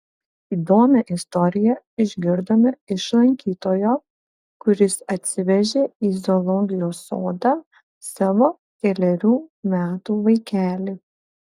įdomią istoriją išgirdome iš lankytojo kuris atsivežė į zoologijos sodą savo kelerių metų vaikelį